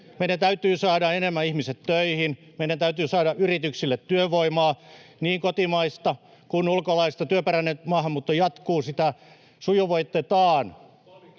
Meidän täytyy saada enemmän ihmisiä töihin, meidän täytyy saada yrityksille työvoimaa, niin kotimaista kuin ulkolaista. Työperäinen maahanmuutto jatkuu, sitä sujuvoitetaan